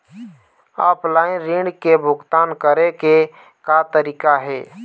Offline ऋण के भुगतान करे के का तरीका हे?